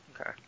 Okay